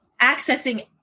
accessing